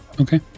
okay